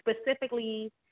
specifically